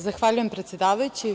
Zahvaljujem, predsedavajući.